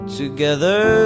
together